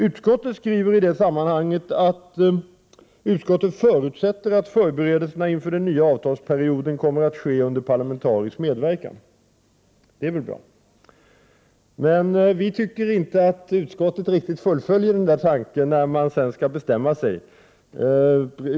Utskottet skriver i detta sammanhang: ”Utskottet förutsätter att förberedelserna inför den nya avtalsperioden kommer att ske under parlamentarisk medverkan.” Det är väl bra. Men vi moderater anser inte att utskottet riktigt fullföljer denna tankegång när det sedan skall bestämma sig.